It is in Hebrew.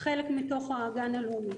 חלק מתוך הגן הלאומי.